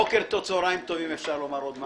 בוקר טוב, צהרים טובים אפשר לומר עוד מעט,